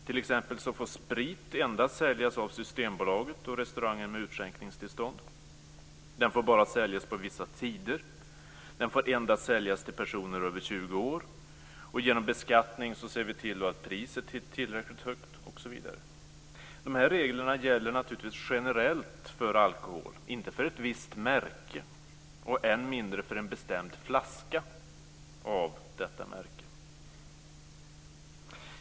Sprit får t.ex. endast säljas av Systembolaget och av restauranger med utskänkningstillstånd. Spriten får bara säljas på vissa tider. Den får endast säljas till personer över 20 år. Genom beskattning ser vi till att priset är tillräckligt högt osv. De här reglerna gäller naturligtvis generellt för alkohol, inte för ett visst märke och än mindre för en bestämd flaska av detta märke.